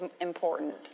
Important